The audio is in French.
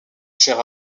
cher